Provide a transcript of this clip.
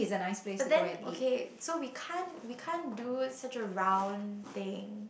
but then okay so we can't we can't do such a round thing